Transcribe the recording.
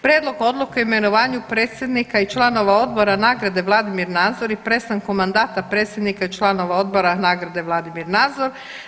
Prijedlog Odluke o imenovanju predsjednika i članova Odbora nagrade Vladimir Nazor i prestanku mandata predsjednika i članova Odbora nagrade Vladim Nazor.